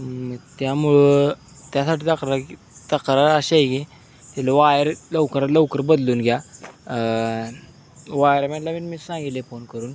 त्यामुळं त्यासाठी तक्रार तक्रार अशी आहे की त्याला वायर लवकरात लवकर बदलून घ्या वायरमनल्या बी मी सांगितलं आहे फोन करून